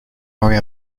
hurry